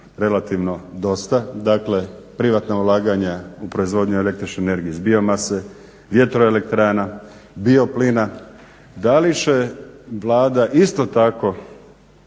relativno dosta. Dakle, privatna ulaganja u proizvodnju električne energije iz bio mase, vjetroelektrana, bioplina, da li će Vlada isto tako